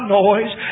noise